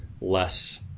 less